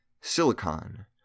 silicon